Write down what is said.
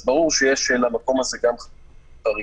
ברור שיש למקום הזה גם חריגים,